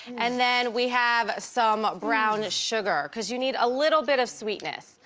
and then we have some brown sugar cause you need a little bit of sweetness